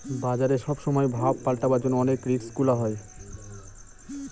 বাজারে সব সময় ভাব পাল্টাবার জন্য অনেক রিস্ক গুলা হয়